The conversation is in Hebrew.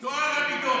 בוחנת את טוהר המידות.